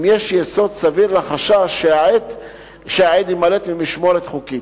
אם יש יסוד סביר לחשש שהעד יימלט ממשמורת חוקית.